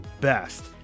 best